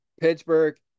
Pittsburgh